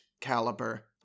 caliber